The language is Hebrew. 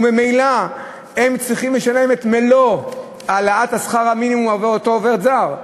וממילא הם צריכים לשלם את מלוא העלאת שכר המינימום עבור אותו עובד זר.